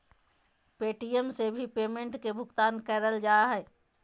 Paytm से भी payment के भुगतान करल जा हय